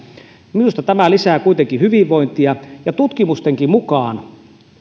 minusta tämä lisää kuitenkin hyvinvointia ja tutkimustenkaan mukaan